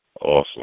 Awesome